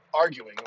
arguing